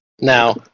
Now